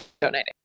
donating